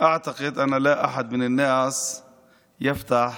חושב שאף אחד מהאנשים לא פותח